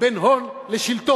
בין הון לשלטון.